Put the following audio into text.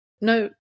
no